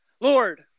Lord